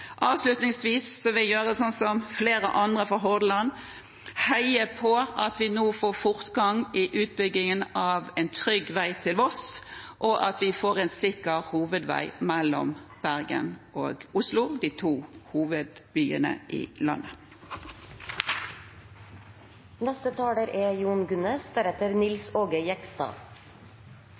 Avslutningsvis vil jeg gjøre sånn som flere andre fra Hordaland: heie på at vi nå får fortgang i utbyggingen av en trygg vei til Voss, og at vi får en sikker hovedvei mellom Bergen og Oslo, de to hovedbyene i landet. Jeg er